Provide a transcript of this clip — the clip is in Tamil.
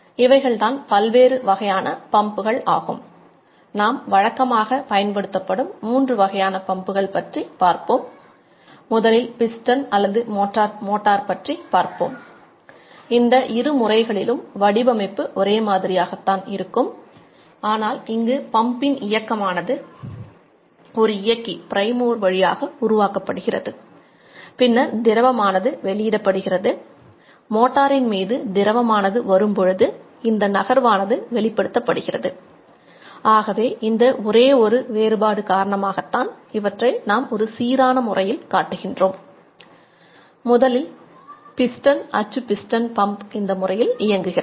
இவைகள்தான் பல்வேறு வகையான பம்புகள் இந்த முறையில் இயங்குகிறது